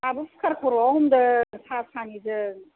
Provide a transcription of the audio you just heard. आंहाबो कुकार खर'आव हमदों साहा थानिजों